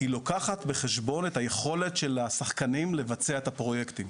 לוקחת בחשבון את היכולת של השחקנים לבצע את הפרויקטים.